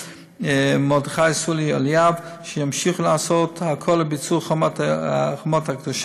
מרדכי סולי אליאב שימשיכו לעשות הכול לביצור חומת הקדושה